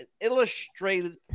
illustrated